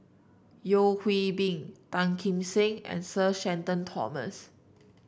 Yeo Hwee Bin Tan Kim Seng and Sir Shenton Thomas